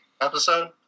episode